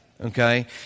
okay